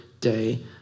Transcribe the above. day